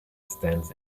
stands